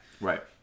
right